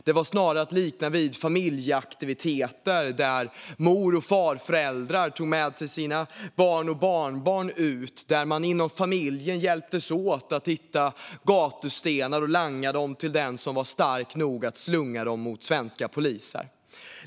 Det var snarare att likna vid familjeaktiviteter, där mor och farföräldrar tog med sig sina barn och barnbarn ut och där man hjälptes åt inom familjen att hitta gatstenar och langa dem till den som var stark nog att slunga dem mot svenska poliser.